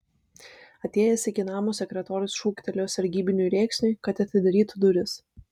atėjęs iki namo sekretorius šūktelėjo sargybiniui rėksniui kad atidarytų duris